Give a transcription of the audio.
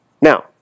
Now